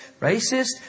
racist